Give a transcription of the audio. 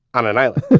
on an island